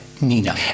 Nina